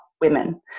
women